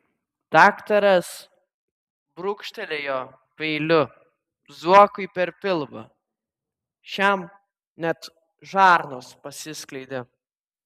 daktaras brūkštelėjo peiliu zuokui per pilvą šiam net žarnos pasiskleidė